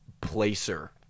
placer